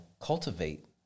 cultivate